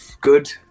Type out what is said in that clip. good